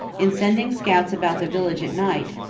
in sending scouts about the village at night,